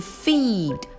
feed